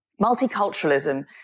Multiculturalism